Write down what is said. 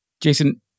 Jason